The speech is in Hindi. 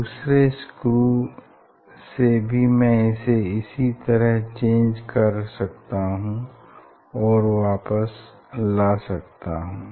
दूसरे स्क्रू से भी मैं इसे इसी तरह चेंज कर सकता हूँ और वापस ला सकता हूँ